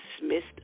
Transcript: dismissed